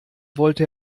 wollte